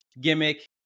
gimmick